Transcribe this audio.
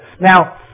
Now